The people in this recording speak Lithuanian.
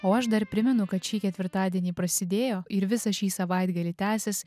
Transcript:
o aš dar primenu kad šį ketvirtadienį prasidėjo ir visą šį savaitgalį tęsis